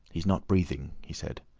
he's not breathing, he said,